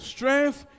Strength